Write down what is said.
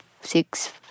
six